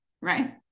right